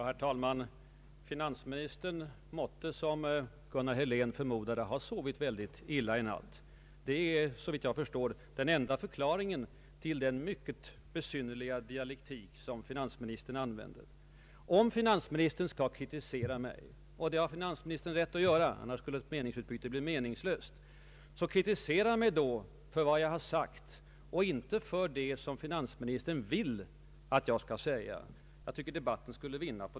Herr talman! Finansministern måtte, som herr Gunnar Helén förmodade, ha sovit väldigt illa i natt. Det är såvitt jag förstår den enda förklaringen till den besynnerliga dialektik som finansministern använder. Om finansministern skall kritisera mig — och det har finansministern rätt att göra; annars skulle ett meningsutbyte vara värdelöst — kritisera mig då för vad jag har sagt och inte för det som finansministern vill att jag skall säga. Debatten skulle vinna på det.